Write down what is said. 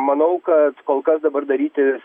manau kad kol kas dabar daryti